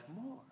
more